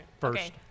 first